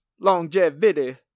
longevity